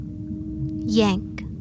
Yank